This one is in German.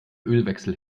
ölwechsel